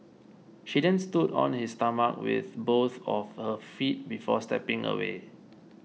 she then stood on his stomach with both of her feet before stepping away